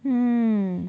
mm